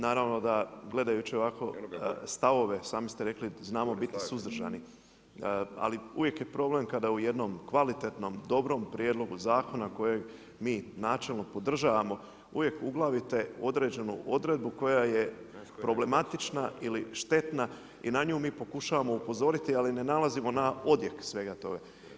Naravno da gledajući ovako stavove, sami ste rekli znamo biti suzdržani, ali uvijek je problem kada u jednom, kvalitetnom, dobrom prijedlogu zakona kojeg mi načelno podržavamo, uvijek uglavite određenu odredbu koja je problematična ili štetna i na nju mi pokušavamo upozoriti ali ne nalazimo na odjek svega toga.